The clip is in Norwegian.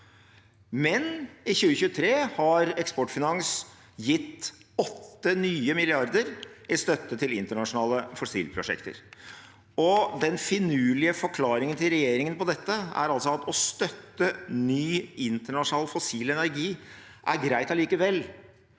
Men i 2023 har Eksportfinans gitt 8 nye milliarder i støtte til internasjonale fossilprosjekter. Den finurlige forklaringen til regjeringen på dette er altså at å støtte ny internasjonal fossil energi er greit allikevel,